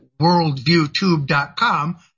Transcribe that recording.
worldviewtube.com